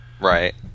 Right